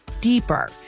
deeper